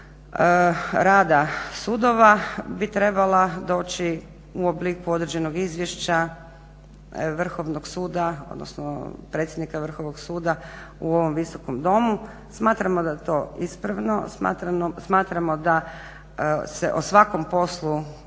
rada sudova bi trebala doći u obliku određenog izvješća, odnosno predsjednika Vrhovnog suda u ovom Visokom domu, smatramo da je to ispravno, smatramo da se o svakom poslu treba